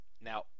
Now